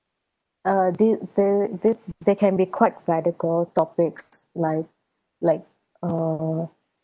uh did the they they can be quite radical topics like like err